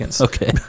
okay